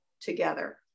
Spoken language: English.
together